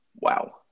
wow